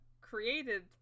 created